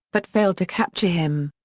but failed to capture him.